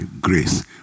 grace